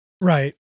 Right